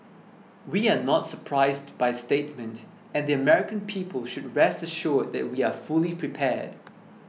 we are not surprised by statement and the American people should rest assured that we are fully prepared